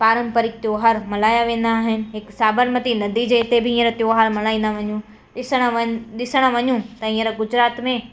पारंपरिक त्योहार मल्हाया वेंदा आहिनि हिकु साबरमती नदी जे हिते बि हींअर त्योहार मल्हाईंदा वञू ॾिसण वञ ॾिसण वञू त हींअर गुजरात में